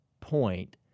point